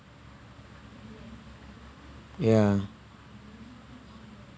ya